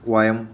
व्यायाम